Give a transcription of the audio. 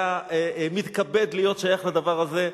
היה מתכבד להיות שייך לדבר הזה.